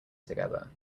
together